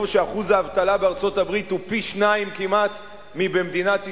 אחוז האבטלה בארצות-הברית הוא פי-שניים כמעט מבמדינת ישראל,